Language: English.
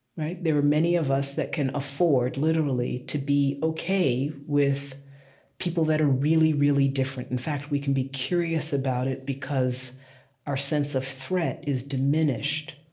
there are many of us that can afford, literally, to be ok with people that are really, really different. in fact, we can be curious about it, because our sense of threat is diminished,